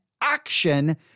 action